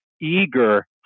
eager